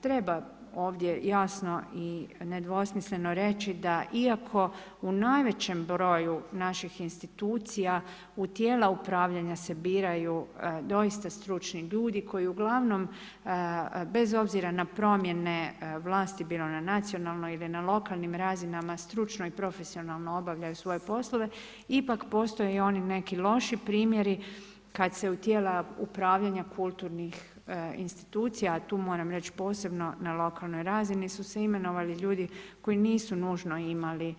Treba ovdje jasno i nedvosmisleno reći da iako u najvećem broj naših institucija u tijela upravljanja se biraju doista stručni ljudi koji uglavnom bez obzira na promjene vlasti bilo na nacionalnoj ili na lokalnim razinama, stručno i profesionalno obavljaju svoje poslove ipak postoje neki loši primjeri kada se u tijela upravljanja kulturnih institucija, a tu moram reći posebno na lokalnoj razini su se imenovali ljudi koji nisu nužno imali